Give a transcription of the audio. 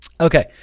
Okay